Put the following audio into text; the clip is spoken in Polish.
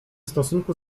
stosunku